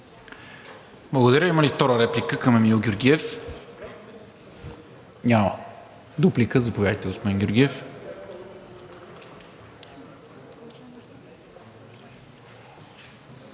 Благодаря. Има ли втора реплика към Емил Георгиев? Няма. Заповядайте за дуплика, господин Георгиев.